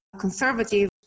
conservative